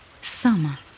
Summer